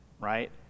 right